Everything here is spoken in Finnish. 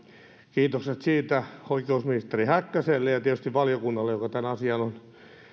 kiitokset siitä oikeusministeri häkkäselle ja tietysti valiokunnalle joka tämän asian on